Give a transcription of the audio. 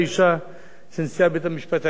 שנשיאת בית-המשפט העליון היתה אשה,